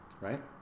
right